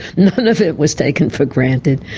none of it was taken for granted,